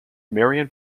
marian